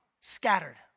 Scattered